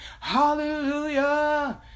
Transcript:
Hallelujah